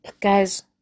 guys